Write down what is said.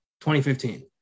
2015